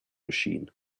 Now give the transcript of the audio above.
machine